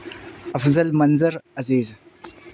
افضل منظر عزیز